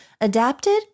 adapted